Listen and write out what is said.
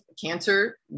cancer